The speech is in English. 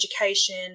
education